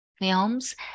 films